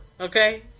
Okay